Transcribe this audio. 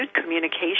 communication